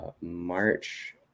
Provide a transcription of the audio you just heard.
March